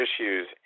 issues